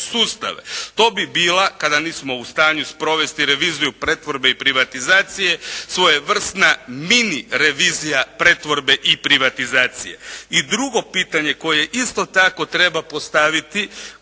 To bi bila kada nismo u stanju sprovesti reviziju pretvorbe i privatizacije svojevrsna mini revizija pretvorbe i privatizacije. I drugo pitanje koje isto tako treba postaviti